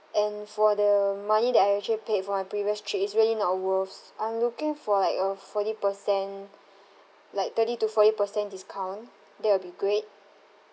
and for the money that I actually paid for my previous trip is really not worth I'm looking for like a forty percent like thirty to forty percent discount that will be great